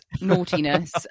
naughtiness